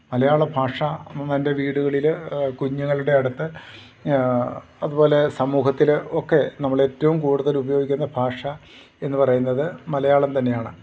മലയാള ഭാഷ എൻ്റെ വീടുകളിൽ കുഞ്ഞുങ്ങളുടെ അടുത്ത് അതു പോലെ സമൂഹത്തിൽ ഒക്കെ നമ്മളേറ്റവും കൂടുതൽ ഉപയോഗിക്കുന്ന ഭാഷ എന്നു പറയുന്നത് മലയാളം തന്നെയാണ്